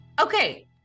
Okay